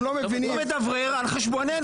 הוא מדברר על חשבוננו.